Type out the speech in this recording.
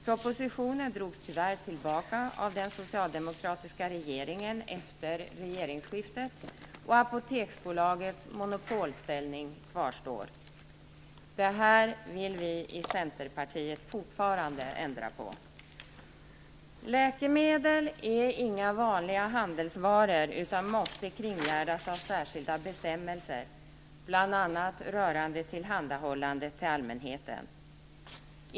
Propositionen drogs tyvärr tillbaka av den socialdemokratiska regeringen efter regeringsskiftet, varför Apoteksbolagets monopolställning kvarstår. Detta vill vi i Centerpartiet fortfarande ändra på. Läkemedel är inga vanliga handelsvaror utan måste kringgärdas av särskilda bestämmelser, bl.a. rörande tillhandahållandet till allmänheten.